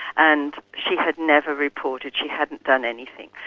and she had never reported, she hadn't done anything.